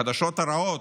החדשות הרעות,